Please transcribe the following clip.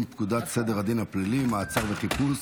פקודת סדר הדין הפלילי (מעצר וחיפוש)